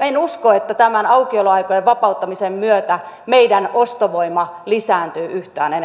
en usko että tämän aukioloaikojen vapauttamisen myötä meidän ostovoima lisääntyy yhtään